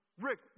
Rick